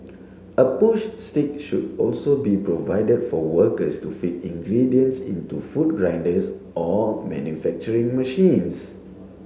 a push stick should also be provided for workers to feed ingredients into food grinders or manufacturing machines